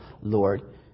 Lord